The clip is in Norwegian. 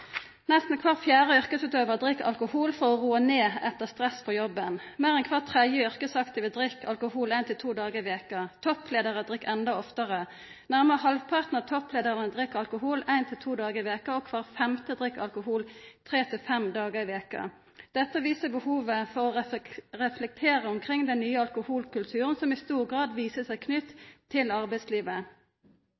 Nesten kvar fjerde yrkesutøvar drikk alkohol for å roa ned etter stress på jobben. Meir enn kvar tredje yrkesaktive drikk alkohol ein til to dagar i veka. Toppleiarar drikk enda oftare: Nærmare halvparten av toppleiarane drikk alkohol ein til to dagar i veka, og kvar femte drikk alkohol tre til fem dagar i veka. Dette viser behovet for å reflektera omkring den nye alkoholkulturen som i stor grad viser seg knytt